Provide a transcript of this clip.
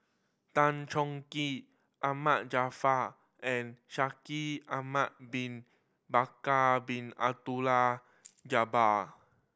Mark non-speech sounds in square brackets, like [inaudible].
Tan Choh Tee Ahmad Jaafar and Shaikh Ahmad Bin Bakar Bin Abdullah [noise] Jabbar